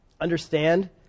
Understand